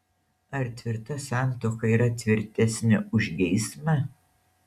ar tvirta santuoka yra tvirtesnė už geismą